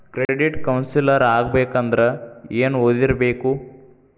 Credit counsellor ಆಗ್ಬೇಕಂದ್ರ ಏನ್ ಓದಿರ್ಬೇಕು?